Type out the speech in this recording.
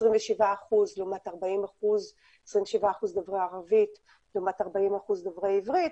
27% דוברי ערבית לעומת דוברי עברית,